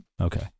Okay